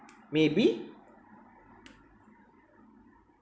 maybe